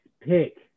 pick